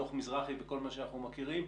דוח מזרחי וכל מה שאנחנו מכירים.